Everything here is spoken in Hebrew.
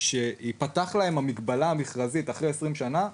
שתיפתח להם המגבלה המכרזים אחרי 20 שנה.